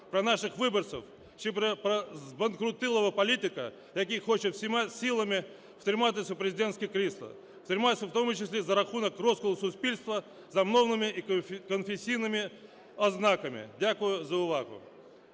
про наших виборців чи про збанкрутілого політика, який хоче всіма силами втриматися в президентському кріслі, втриматися в тому числі за рахунок розколу суспільства за мовними і конфесійними ознаками. Дякую за увагу.